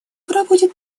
проводит